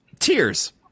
Tears